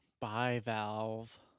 Bivalve